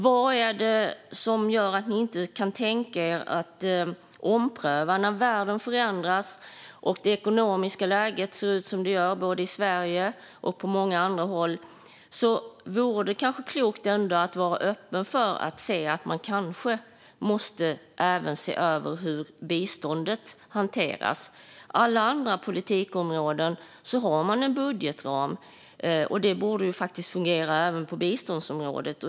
Vad är det som gör att ni inte kan tänka er att ompröva detta? När världen förändras och det ekonomiska läget ser ut som det gör både i Sverige och på många andra håll vore det kanske ändå klokt att vara öppen för att se över hur biståndet ska hanteras. Inom alla andra politikområden har man en budgetram, och det borde faktiskt fungera även på biståndsområdet.